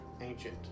ancient